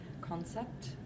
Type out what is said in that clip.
concept